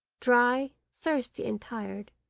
dry, thirsty, and tired,